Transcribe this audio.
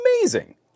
amazing